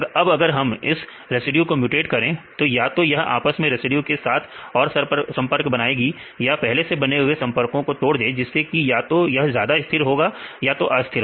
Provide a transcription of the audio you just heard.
अब अगर हम इस रेसिड्यू को म्यूटेट करें तो या तो यह आसपास के रेसिड्यू के साथ और संपर्क बनाएगी या पहले से बने हुए संपर्कों को तोड़ दे जिससे कि या तो यह ज्यादा स्थिर होगा या तो अस्थिर होगा